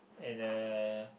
and uh